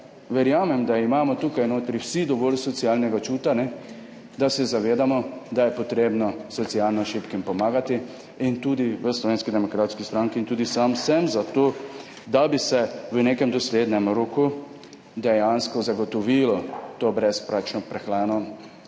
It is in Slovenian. verjamem, da imamo tukaj notri vsi dovolj socialnega čuta, da se zavedamo, da je potrebno socialno šibkim pomagati. Tudi v Slovenski demokratski stranki in tudi sam sem za to, da bi se v nekem doslednem roku dejansko zagotovilo to brezplačno prehrano